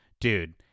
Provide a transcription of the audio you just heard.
dude